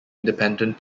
independent